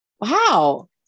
Wow